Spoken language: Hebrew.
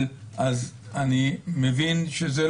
אני לומד מזה שהוא רשאי גם לא להורות,